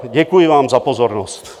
Děkuji vám za pozornost.